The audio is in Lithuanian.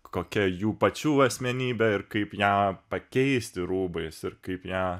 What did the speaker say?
kokia jų pačių asmenybė ir kaip ją pakeisti rūbais ir kaip ją